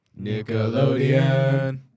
Nickelodeon